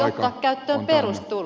ottaa käyttöön perustulo